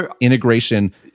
integration